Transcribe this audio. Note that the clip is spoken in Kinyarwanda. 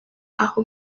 aho